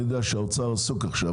אני יודע שהאוצר עסוק עכשיו,